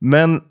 Men